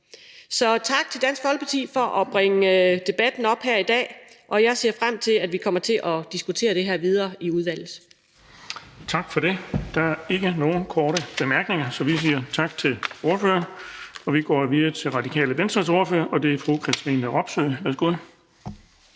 Så tak til Dansk Folkeparti for at bringe debatten op her i dag. Og jeg ser frem til, at vi kommer til at diskutere det her videre i udvalget. Kl. 16:38 Den fg. formand (Erling Bonnesen): Tak for det. Der er ikke nogen korte bemærkninger, så vi siger tak til ordføreren. Vi går videre til Radikale Venstres ordfører, og det er fru Katrine Robsøe. Værsgo.